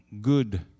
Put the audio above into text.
good